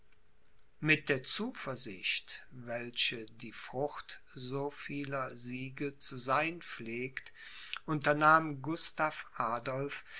mit der zuversicht welche die frucht so vieler siege zu sein pflegt unternahm gustav adolph